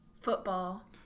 Football